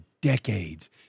decades